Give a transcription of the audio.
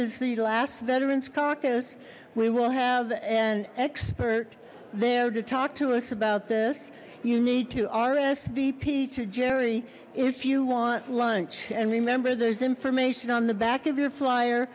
is the last veterans caucus we will have an expert there to talk to us about this you need to rsvp to jerri if you want lunch and remember there's information on the back of your flier